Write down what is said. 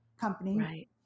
company